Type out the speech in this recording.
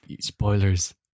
Spoilers